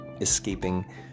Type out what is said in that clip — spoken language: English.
escaping